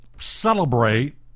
celebrate